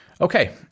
Okay